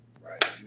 Right